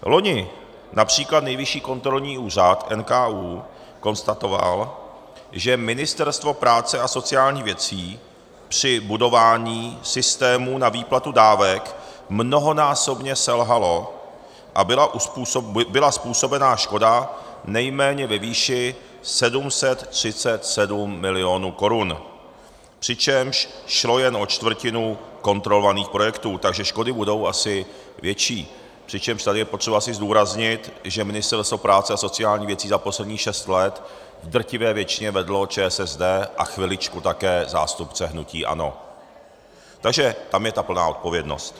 Loni například Nejvyšší kontrolní úřad konstatoval, že Ministerstvo práce a sociálních věcí při budování systému na výplatu dávek mnohonásobně selhalo a byla způsobena škoda nejméně ve výši 737 milionů korun, přičemž šlo jen o čtvrtinu kontrolovaných projektů, takže škody budou asi větší, přičemž tady je potřeba zdůraznit, že Ministerstvo práce a sociálních věcí za posledních šest let v drtivé většině vedlo ČSSD a chviličku také zástupce hnutí ANO, takže tam je ta plná odpovědnost.